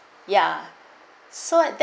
ya so than